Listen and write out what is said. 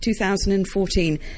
2014